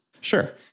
Sure